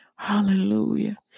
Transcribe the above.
Hallelujah